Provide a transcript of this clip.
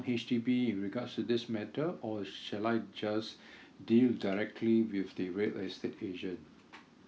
H_D_B in regards to this matter or shall I just deal directly with the real estate agent